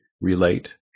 relate